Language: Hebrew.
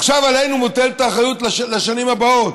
עכשיו עלינו מוטלת האחריות לשנים הבאות.